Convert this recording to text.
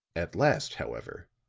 at last, however,